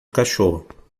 cachorro